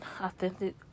authentic